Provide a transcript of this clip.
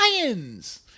lions